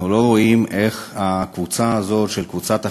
אנחנו לא רואים איך הקבוצה הזאת, קבוצת החרדים,